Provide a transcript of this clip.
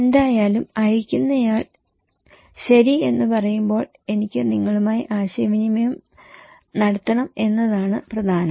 എന്തായാലും അയക്കുന്നയാൾ ശരി എന്ന് പറയുമ്പോൾ എനിക്ക് നിങ്ങളുമായി ആശയവിനിമയം നടത്തണം എന്നതാണ് പ്രധാനം